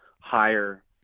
higher